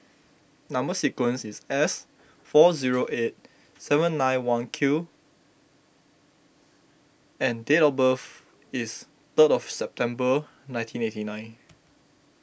Number Sequence is S four zero eight seven nine one six Q and date of birth is third of September nineteen eighty nine